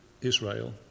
Israel